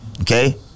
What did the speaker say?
Okay